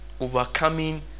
overcoming